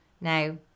Now